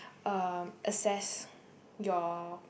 um assess your